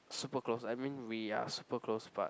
super close I mean we are super close but